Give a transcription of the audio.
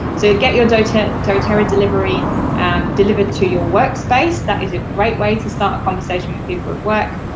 so get your doterra doterra delivery and delivered to your workspace. that is a great way to start a conversation with people at work.